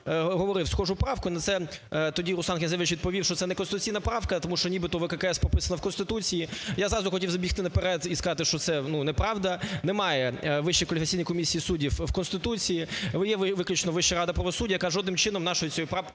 говорив схожу правку. Це тоді Руслан Князевич відповів, що це неконституційна правка, тому що нібито ВККС прописана в Конституції. Я зразу хотів забігти наперед і сказати, що це, ну, неправда. Немає Вищої кваліфікаційної комісії суддів в Конституції, є виключно Вища рада правосуддя, яка жодним чином нашою цією поправкою